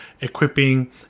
equipping